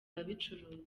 ababicuruza